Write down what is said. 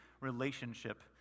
relationship